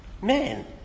Man